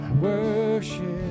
worship